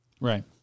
right